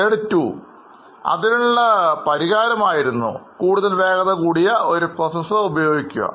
Slide 2 അതിനുള്ള പരിഹാരം ആയിരുന്നു കൂടുതൽ വേഗത കൂടിയ ഒരു Processor ഉപയോഗിക്കുക